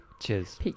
Cheers